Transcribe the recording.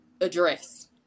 address